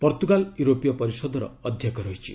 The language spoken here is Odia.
ପର୍ତ୍ତୁଗାଲ ୟୁରୋପୀୟ ପରିଷଦର ଅଧ୍ୟକ୍ଷ ରହିଛି